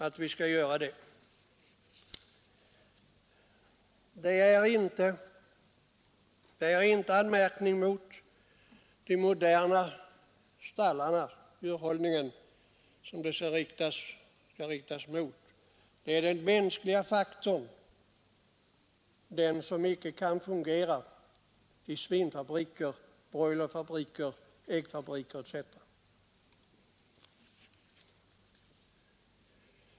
Det är inte mot de moderna djurstallarna och den moderna djurhållningen som kritiken skall riktas, utan mot den mänskliga faktorn, som icke kan fungera i svinfabriker, broilerfabriker, äggfabriker etc.